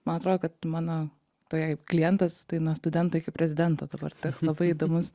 man atrodo kad mano taip klientas tai nuo studento iki prezidento dabar toks labai įdomus įdomus